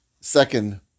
Second